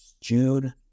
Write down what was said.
June